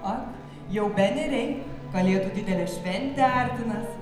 ak jau ben ir reik kalėdų didelė šventė artinas